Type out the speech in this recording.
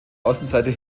außenseite